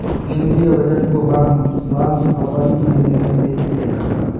केंद्रीय बजट को हर साल फरवरी महीने में पेश किया जाता है